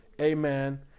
amen